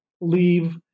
leave